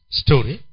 story